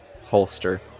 holster